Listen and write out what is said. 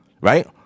right